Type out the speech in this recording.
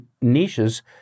niches